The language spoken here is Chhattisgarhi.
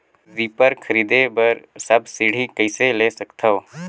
रीपर खरीदे बर सब्सिडी कइसे ले सकथव?